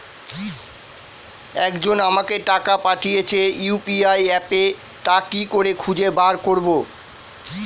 একজন আমাকে টাকা পাঠিয়েছে ইউ.পি.আই অ্যাপে তা কি করে খুঁজে বার করব?